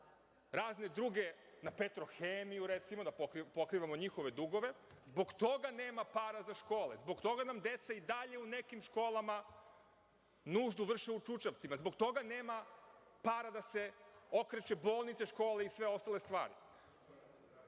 razne druge, na „Petrohemiju“, recimo, da pokrivamo njihove dugove i zbog toga nema para za škole. Zbog toga nam deca i dalje u nekim školama nuždu vrše u čučavcima, zbog toga nema para da se okreče bolnice, škole i sve ostale